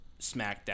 SmackDown